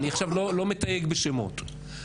אני לא מתייג בשמות.